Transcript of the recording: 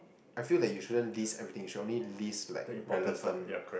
I feel like you shouldn't list everything you should only list like relevant